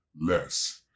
less